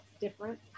different